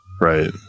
Right